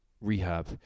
rehab